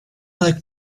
like